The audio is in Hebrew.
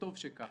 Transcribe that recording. וטוב שכך.